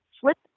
flip